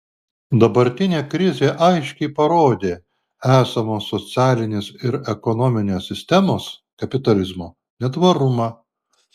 dabartinė krizė aiškiai parodė esamos socialinės ir ekonominės sistemos kapitalizmo netvarumą